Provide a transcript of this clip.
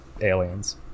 aliens